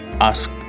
ask